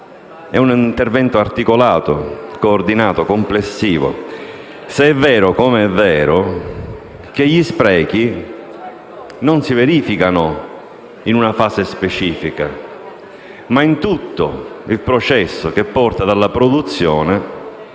viene fatto - è articolato, coordinato e complessivo se è vero, come è vero, che gli sprechi non si verificano in una fase specifica, ma in tutto il processo che dalla produzione